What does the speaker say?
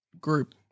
group